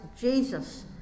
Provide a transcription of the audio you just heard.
Jesus